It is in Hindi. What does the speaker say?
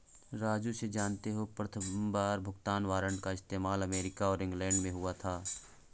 राजू से जानते हो प्रथमबार भुगतान वारंट का इस्तेमाल अमेरिका और इंग्लैंड में हुआ था